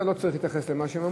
אתה לא צריך להתייחס למה שהם אמרו.